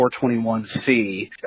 421C